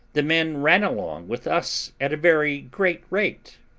the men ran along with us at a very great rate.